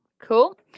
cool